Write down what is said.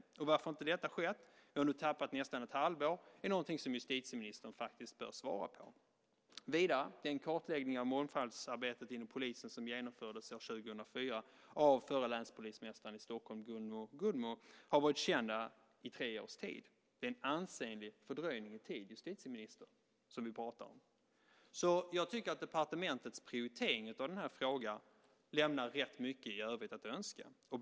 Varför har inte detta skett - vi har nu tappat nästan ett halvår? Det är någonting som justitieministern faktiskt bör svara på. Vidare har den kartläggning av mångfaldsarbetet inom polisen som genomfördes år 2004 av förre länspolismästaren i Stockholm Gunno Gunnmo varit känd i två års tid. Det är en ansenlig fördröjning i tid, justitieministern, som vi pratar om. Jag tycker att departementets prioritering av den här frågan lämnar rätt mycket övrigt att önska.